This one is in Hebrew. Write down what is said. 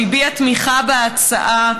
שהביע תמיכה בהצעה,